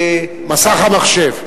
מסך המחשב.